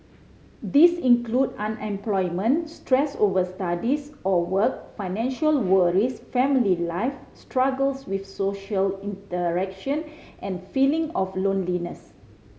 these include unemployment stress over studies or work financial worries family life struggles with social interaction and feeling of loneliness